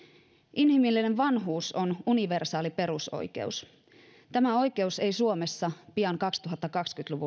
inhimillinen vanhuus on universaali perusoikeus tämä oikeus ei suomessa pian kaksituhattakaksikymmentä